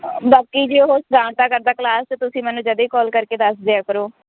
ਬਾਕੀ ਜੇ ਉਹ ਸ਼ਰਾਰਤਾਂ ਕਰਦਾ ਕਲਾਸ 'ਚ ਤੁਸੀਂ ਮੈਨੂੰ ਜਦੇ ਕੋਲ ਕਰਕੇ ਦੱਸ ਦਿਆ ਕਰੋ